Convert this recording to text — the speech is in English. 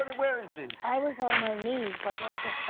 and where is this? i was on my knees by that